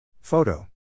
Photo